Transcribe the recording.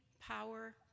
power